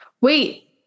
Wait